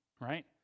Right